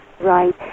Right